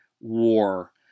war